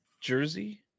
jersey